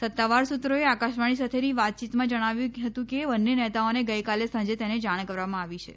સત્તાવાર સુત્રોએ આકાશવાણી સાથેની વાતચીતમાં ણાવ્યું હતું કે બંને નેતાઓને ગઈકાલે સાંજે તેની જાણ કરવામાં આવી છે